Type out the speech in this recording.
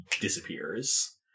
disappears